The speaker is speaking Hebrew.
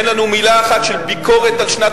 אין לנו מלה אחת של ביקורת על שנת